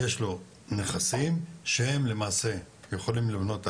יש לו נכסים שהם למעשה יכולים לבנות עליהם,